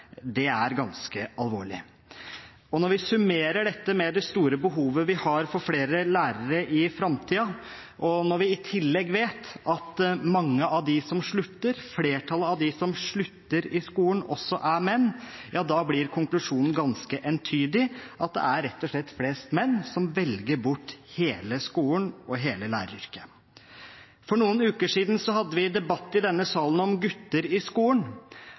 Det er ganske alvorlig. Når vi summerer dette med det store behovet vi har for flere lærere i framtiden, og når vi i tillegg vet at mange av dem som slutter, flertallet av dem som slutter i skolen, er menn, blir konklusjonen ganske entydig. Det er rett og slett flest menn som velger bort hele skolen og hele læreryrket. For noen uker siden hadde vi debatt i denne salen om gutter i skolen,